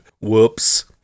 Whoops